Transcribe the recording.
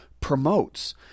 promotes